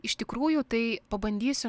iš tikrųjų tai pabandysiu